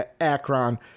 Akron